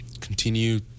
continue